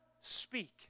Speak